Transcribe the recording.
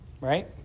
right